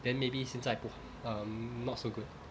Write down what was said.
then maybe 现在不好 um not so good